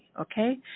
okay